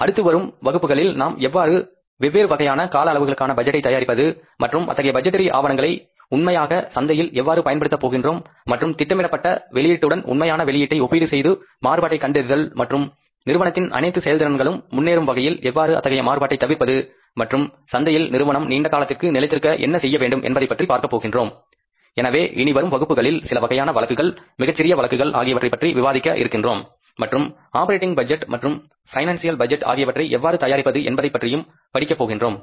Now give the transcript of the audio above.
அடுத்து வரும் வகுப்புகளில் நாம் எவ்வாறு வெவ்வேறு வகையான கால அளவுக்கான பட்ஜெட்டை தயாரிப்பது மற்றும் அத்தகைய பட்ஜெட்டரி டாகுமெண்ட்களை உண்மையாக சந்தையில் எவ்வாறு பயன்படுத்த போகின்றோம் மற்றும் திட்டமிடப்பட்ட வெளியீட்டுடன் உண்மையான வெளியீட்டை ஒப்பீடு செய்து மாறுபாட்டை கண்டறிதல் மற்றும் நிறுவனத்தின் அனைத்து செயல்திறன்களும் முன்னேறும் வகையில் எவ்வாறு அத்தகைய மாறுபாட்டை தவிர்ப்பது மற்றும் சந்தையில் நிறுவனம் நீண்ட காலத்திற்கு நிலைத்திருக்க என்ன செய்ய வேண்டும் என்பவற்றைப் பற்றி படிக்கப் போகிறோம் எனவே இனி வரும் வகுப்புகளில் சிலவகையான வழக்குகள் மிகச்சிறிய வழக்குகள் ஆகியவற்றைப் பற்றி விவாதிக்க இருக்கின்றோம் மற்றும் ஆப்பரேட்டிங் பட்ஜெட் மற்றும் பினன்ஸ் பட்ஜெட் ஆகியவற்றை எவ்வாறு தயாரிப்பது என்பதை பற்றியும் படிக்கப் போகிறோம்